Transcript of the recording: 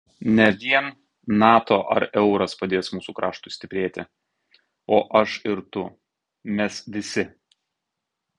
ne vien nato ar euras padės mūsų kraštui stiprėti o aš ir tu mes visi